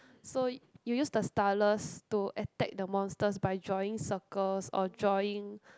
so you use the stylus to attack the monsters by drawing circles or drawing